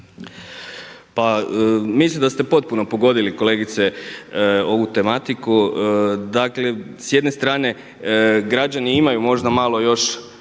Pa mislim da ste potpuno pogodili kolegice ovu tematiku. Dakle s jedne strane građani imaju možda malo još